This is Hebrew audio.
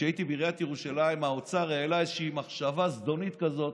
כשהייתי בעיריית ירושלים האוצר העלה איזושהי מחשבה זדונית כזאת,